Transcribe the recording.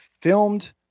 filmed